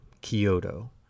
Kyoto